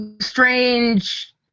strange